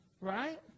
right